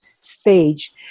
stage